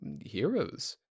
heroes